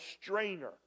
strainer